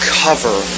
cover